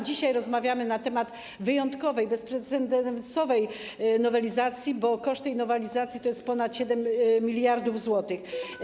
Dzisiaj rozmawiamy na temat wyjątkowej, bezprecedensowej nowelizacji, bo koszt tej nowelizacji to jest ponad 7 mld zł.